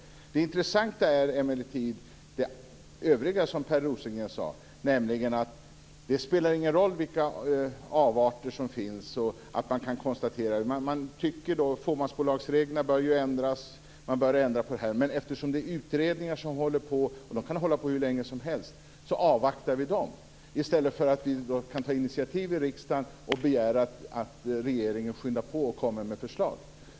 Det intressanta är emellertid det övriga som Per Rosengren sade, nämligen att det inte spelar någon roll vilka avarter som finns. Man tycker att fåmansbolagsreglerna bör ändras, men eftersom utredningar håller på - och de kan hålla på hur länge som helst - så avvaktar man dem. I stället skulle vi kunna ta initiativ i riksdagen och begära att regeringen skyndar på och kommer med förslag.